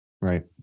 Right